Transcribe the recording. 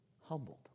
humbled